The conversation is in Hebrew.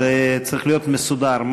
זה צריך להיות מסודר,